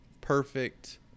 perfect